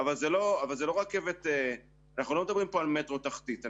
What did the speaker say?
אבל אנחנו לא מדברים כאן על מטרו תחתית.